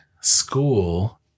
school